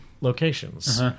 locations